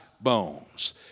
bones